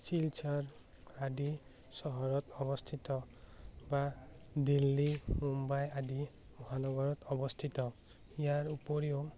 চিলচৰ আদি চহৰত অৱস্থিত বা দিল্লী মুম্বাই আদি মহানগৰত অৱস্থিত ইয়াৰ উপৰিও